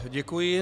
Děkuji.